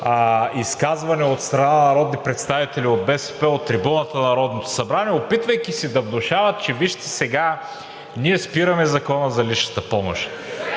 изказване от страна на народни представители от БСП от трибуната на Народното събрание, опитвайки се да внушават, че, вижте, сега ние спираме Закона за личната помощ.